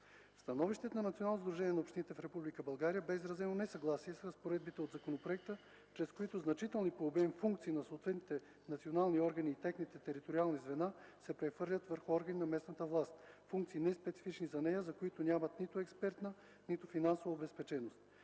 Република България бе изразено несъгласие с разпоредбите от законопроекта, чрез които значителни по обем функции на съответните национални органи и техните териториални звена се прехвърлят върху органи на местната власт – функции неспецифични за нея, за които нямат нито експертна, нито финансова обезпеченост.